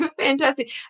Fantastic